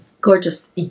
gorgeous